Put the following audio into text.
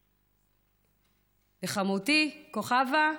חמותי, כוכבה,